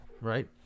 right